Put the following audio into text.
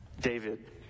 David